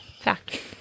fact